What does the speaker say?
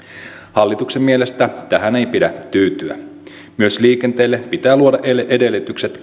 hallituksen mielestä tähän ei pidä tyytyä myös liikenteelle pitää luoda edellytykset